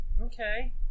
Okay